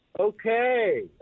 Okay